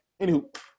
Anywho